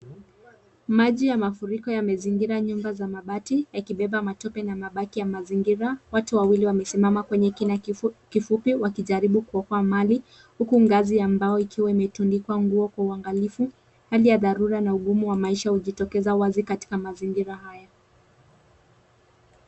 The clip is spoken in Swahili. Maji ya mafuriko yamezingira nyumba za mabati yakibeba matope na mabaki ya mazingira. Watu wawili wamesimama kwenye kina kifupi wakijaribu kuokoa mali huku ngazi ya mbao ikiwa imetundikwa kwa uangalifu. Hali ya dharura na ugumu wa maisha ukitokeza wazi katika mazingira haya.